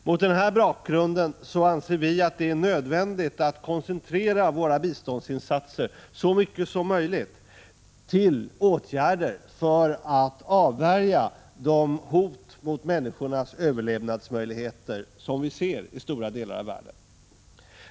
Mot denna bakgrund anser vi att det är nödvändigt att koncentrera våra biståndsinsatser så mycket som möjligt till åtgärder för att avvärja de hot mot människornas överlevnadsmöjligheter som vi ser i stora delar av världen.